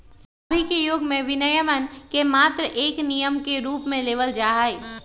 अभी के युग में विनियमन के मात्र एक नियम के रूप में लेवल जाहई